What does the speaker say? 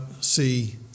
see